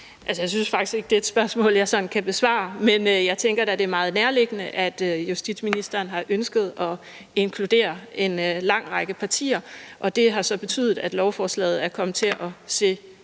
jeg synes faktisk ikke, det er et spørgsmål, jeg sådan kan besvare. Men jeg tænker da, det er meget nærliggende, at justitsministeren har ønsket at inkludere en lang række partier, og det har så betydet, at lovforslaget er kommet til at se lidt